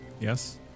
Yes